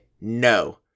no